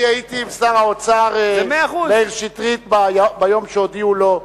אני הייתי עם שר האוצר מאיר שטרית ביום שהודיעו לו,